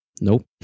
Nope